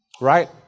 right